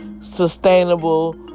sustainable